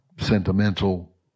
sentimental